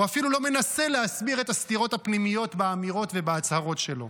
הוא אפילו לא מנסה להסביר את הסתירות הפנימיות באמירות ובהצהרות שלו,